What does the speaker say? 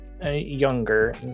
Younger